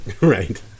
Right